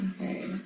Okay